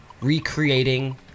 recreating